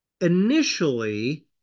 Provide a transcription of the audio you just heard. initially